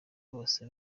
bose